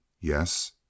Yes